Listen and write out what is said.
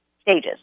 stages